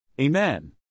Amen